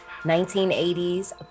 1980s